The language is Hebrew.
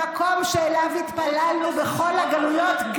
למקום שאליו התפללנו בכל הגלויות.